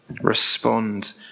respond